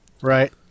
Right